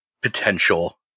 potential